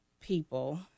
people